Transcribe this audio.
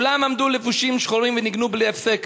כולם עמדו לבושים שחורים וניגנו בלי הפסק.